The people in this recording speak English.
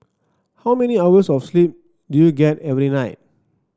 how many hours of sleep do you get every night